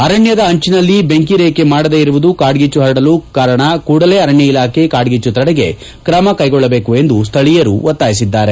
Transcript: ಅರಣ್ಕದ ಅಂಚಿನಲ್ಲಿ ಬೆಂಕಿರೇಖೆ ಮಾಡದೇ ಇರುವುದು ಕಾಡ್ಗಿಚ್ಚು ಪರಡಲು ಕಾರಣ ಕೂಡಲೇ ಅರಣ್ಕ ಇಲಾಖೆ ಕಾಡ್ಗಿಚ್ಚು ತಡೆಗೆ ಕ್ರಮ ಕೈಗೊಳ್ಳಬೇಕು ಎಂದು ಸ್ವಳೀಯರು ಒತ್ತಾಯಿಸಿದ್ದಾರೆ